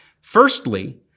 Firstly